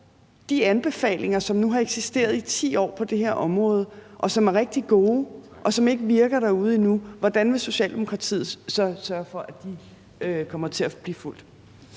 de anbefalinger, som nu har eksisteret i 10 år på det her område, og som er rigtig gode, og som endnu ikke virker derude: Hvordan vil Socialdemokratiet så sørge for, at de kommer til at blive fulgt?